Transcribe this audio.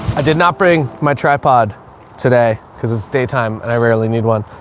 i did not bring my tripod today cause it's daytime and i rarely need one.